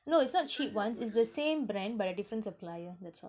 no it's not cheap ones it's the same brand but a different supplier that's all